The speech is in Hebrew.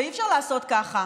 ואי-אפשר לעשות לו ככה.